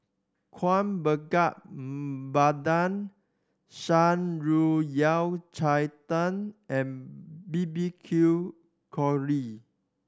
Kuih Bakar Pandan Shan Rui Yao Cai Tang and B B Q